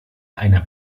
einer